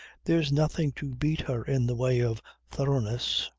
there's nothing to beat her in the way of thoroughness.